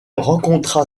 rencontra